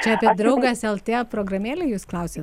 čarlio apie draugas lt programėlę jūs klausiat